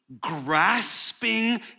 grasping